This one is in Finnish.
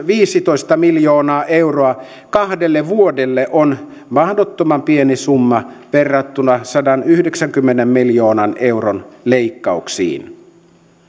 viisitoista miljoonaa euroa kahdelle vuodelle on mahdottoman pieni summa verrattuna sadanyhdeksänkymmenen miljoonan euron leikkauksiin